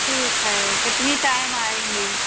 ठीक है कितनी टाइम आएँगी